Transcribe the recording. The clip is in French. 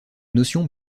notions